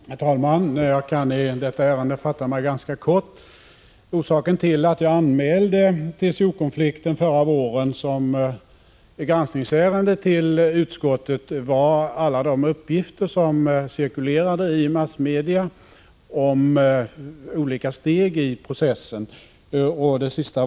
Herr talman! Jag kan i detta ärende fatta mig ganska kort. Orsaken till att jag förra våren anmälde TCO-konflikten som granskningsärende till utskottet var alla de uppgifter som cirkulerade i massmedia om olika steg i processen, framför allt de sista.